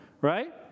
right